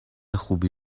خوبی